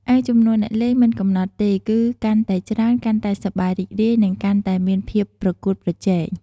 ឯចំនួនអ្នកលេងមិនកំណត់ទេ គឺកាន់តែច្រើនកាន់តែសប្បាយរីករាយ និងកាន់តែមានភាពប្រកួតប្រជែង។